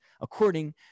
according